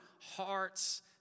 hearts